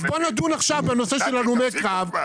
אז בואו נדון עכשיו בנושא של הלומי קרב,